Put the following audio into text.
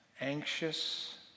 anxious